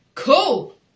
Cool